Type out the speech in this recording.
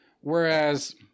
Whereas